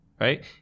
right